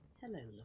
hello